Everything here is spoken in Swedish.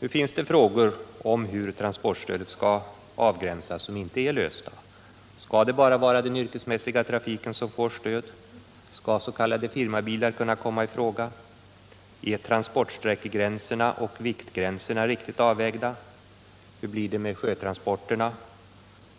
Det finns dock frågor om hur transportstödet skall avgränsas som inte är lösta. Skall det bara vara den yrkesmässiga trafiken som får stöd? Skall s.k. firmabilar kunna komma i fråga? Är transportsträckegränserna och viktgränserna riktigt avvägda? Hur blir det med sjötransporterna?